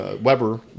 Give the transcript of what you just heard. Weber